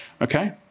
Okay